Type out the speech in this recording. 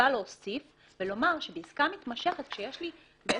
להוסיף ולומר שבעסקה מתמשכת יש